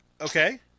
okay